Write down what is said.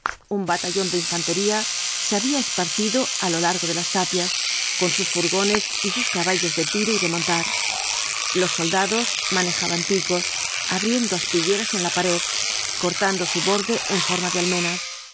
un batallón de infantería se había esparcido á lo largo de las tapias con sus furgones y sus caballos de tiro y de montar los soldados manejaban picos abriendo aspilleras en la pared cortando su borde en forma de almenas